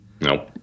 no